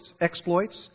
exploits